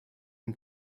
him